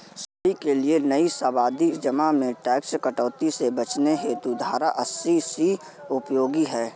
सभी के लिए नई सावधि जमा में टैक्स कटौती से बचने हेतु धारा अस्सी सी उपयोगी है